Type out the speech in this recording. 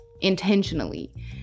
intentionally